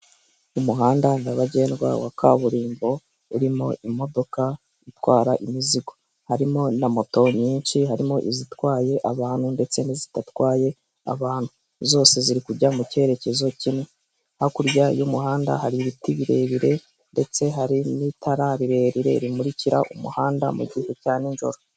Umuhanda nyabagendwa wa kaburimbo, urimo imodoka itwara imizigo, Harimo na moto nyinshi harimo izitwaye abantu ndetse n'izidatwaye abantu, zose ziri kujya mu cyerekezo kimwe. Hakurya y'umuhanda hari ibiti birebire, ndetse hari n'itara rirerire rimukira umuhanda mu gihe cya nijoro.